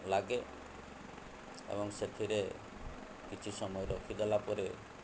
ଲାଗେ ଏବଂ ସେଥିରେ କିଛି ସମୟ ରଖିଦେଲା ପରେ